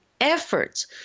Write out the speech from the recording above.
efforts